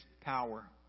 power